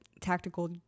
Tactical